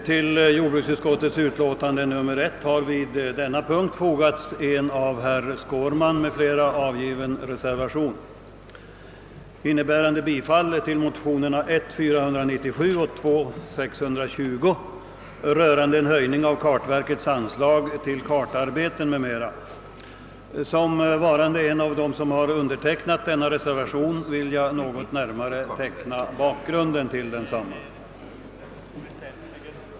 Till jordbruksutskottets utlåtande nr 1 har vid denna punkt fogats en av herr Skårman m.fl. avgiven reservation, innebärande bifall till motionerna I: 497 och II: 620 rörande en höjning av kartverkets anslag till kartarbeten m.m. Som en av dem som har skrivit under denna reservation vill jag något närmare teckna bakgrunden till densamma.